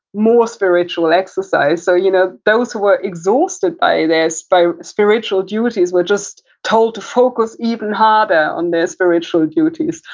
more spiritual exercise. so, you know, those were exhausted by this, by spiritual duties were just told to focus even harder on their spiritual duties,